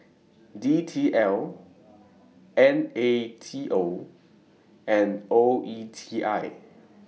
D T L N A T O and O E T I